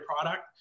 product